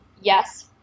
yes